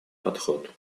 подход